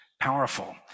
powerful